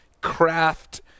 craft